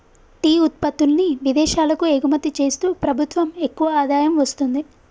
tea ఉత్పత్తుల్ని విదేశాలకు ఎగుమతి చేస్తూ ప్రభుత్వం ఎక్కువ ఆదాయం వస్తుంది